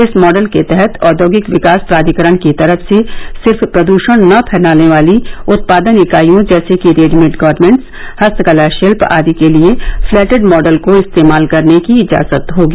इस मॉडल के तहत औद्योगिक विकास प्राधिकरण की तरफ से सिर्फ प्रदृषण न फैलाने वाली उत्पादन इकाइयों जैसे कि रेडीमेड गारमेंट्स हस्तकला शिल्प आदि के लिए फ्लैटेड मॉडल को इस्तेमाल करने की इजाजत होगी